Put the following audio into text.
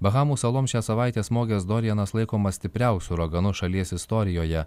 bahamų saloms šią savaitę smogęs dorianas laikomas stipriausiu uraganu šalies istorijoje